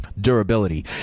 Durability